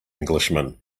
englishman